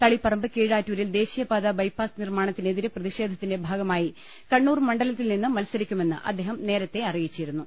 തളിപറമ്പ് കീഴാറ്റൂരിൽ ദേശീയപാതാ ബൈപ്പാസ് നിർമാ ണത്തിനെതിരെ പ്രതിഷേധത്തിന്റെ ഭാഗമായി കണ്ണൂർ മണ്ഡല ത്തിൽ നിന്ന് മത്സരിക്കുമെന്ന് അദ്ദേഹം നേരത്തെ അറിയിച്ചിരു ന്നു